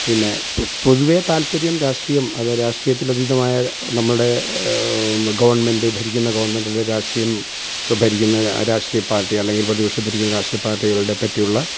പിന്നെ പൊതുവേ താൽപ്പര്യം രാഷ്ട്രീയം അതെ രാഷ്ട്രീയത്തിലതീതമായ നമ്മുടെ ഗവണ്മെൻറ്റ് ഭരിക്കുന്ന ഗവണ്മെൻറ്റിലെ രാഷ്ട്രീയം ഇവിടെ ഭരിക്കുന്ന രാഷ്ട്രീയ പാർട്ടി അല്ലെങ്കില് പ്രതിപക്ഷത്തിരിക്കുന്ന രാഷ്രീയ പാർട്ടികളുടെ പറ്റിയുള്ള